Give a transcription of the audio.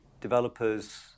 developers